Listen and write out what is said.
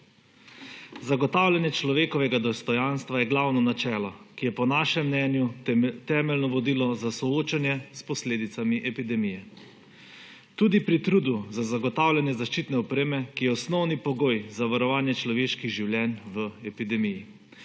Zagotavljanje človekovega dostojanstva je glavno načelo, ki je po našem mnenju temeljno vodilo za soočenje s posledicami epidemije tudi pri trudu za zagotavljanje zaščitne opreme, ki je osnovni pogoj za varovanje človeških življenj v epidemiji.